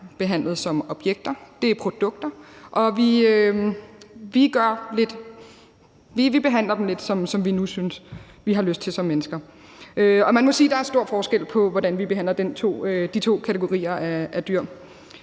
behandlet som objekter – de er produkter – og vi behandler dem lidt, som vi nu synes vi har lyst til som mennesker. Man må sige, at der er stor forskel på, hvordan vi behandler de to kategorier af dyr.